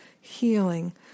healing